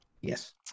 yes